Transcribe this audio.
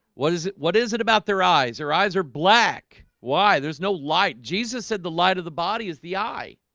what is it? what is it about their eyes or eyes are black why there's no light jesus said the light of the body is the eye